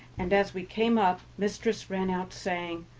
and as we came up mistress ran out, saying,